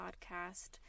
podcast